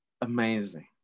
amazing